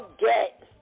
get